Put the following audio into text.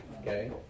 okay